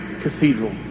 cathedral